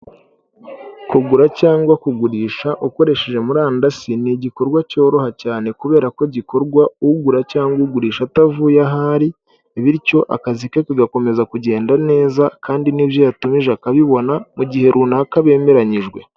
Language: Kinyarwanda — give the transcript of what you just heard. Kugura cyangwa kugurisha ukoresheje murandasi ni igikorwa cyoroha cyane kubera ko gikorwa ugura cyangwa ugurisha atavuye ahari bityo akazi ke kagakomeza kugenda neza kandi n'ibyo yatumije akabibona mu gihe runaka bemeranyijwe.